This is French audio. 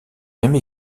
même